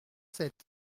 sept